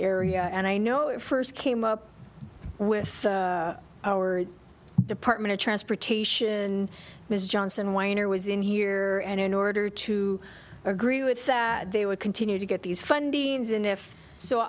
area and i know it first came up with our department of transportation ms johnson weiner was in here and in order to agree with that they would continue to get these funding and if so